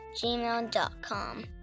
gmail.com